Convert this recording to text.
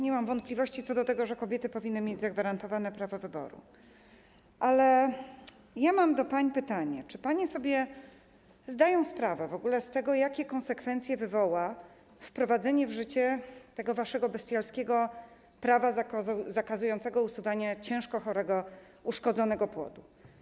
Nie mam wątpliwości co do tego, że kobiety powinny mieć zagwarantowane prawo wyboru, ale mam do pań pytanie: Czy panie w ogóle sobie zdają sprawę z tego, jakie konsekwencje wywoła wprowadzenie w życie tego waszego bestialskiego prawa zakazującego usuwania ciężko chorego, uszkodzonego płodu?